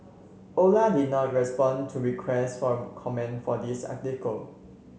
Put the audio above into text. Ola did not respond to requests for comment for this article